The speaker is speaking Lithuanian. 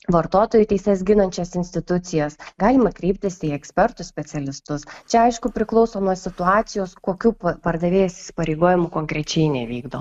vartotojų teises ginančias institucijas galima kreiptis į ekspertus specialistus čia aišku priklauso nuo situacijos kokių pardavėjas įsipareigojimų konkrečiai nevykdo